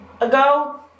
ago